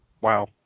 Wow